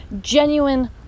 genuine